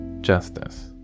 justice